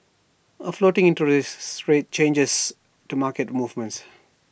A floating interest rate changes to market movements